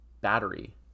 battery